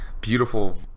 beautiful